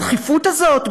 הדחיפות הזאת,